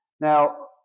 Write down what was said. Now